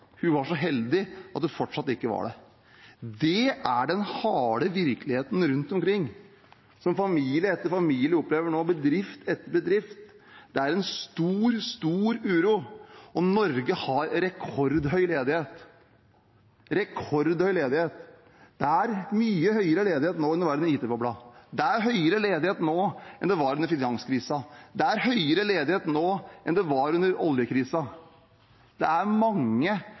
Hun var så heldig at hun fortsatt ikke var det. Det er den harde virkeligheten rundt omkring som familie etter familie og bedrift etter bedrift opplever nå. Det er en stor, stor uro, og Norge har rekordhøy ledighet. Det er mye høyere ledighet nå enn det var under IT-bobla. Det er høyere ledighet nå enn det var under finanskrisen. Det er høyere ledighet nå enn det var under oljekrisen. Det er mange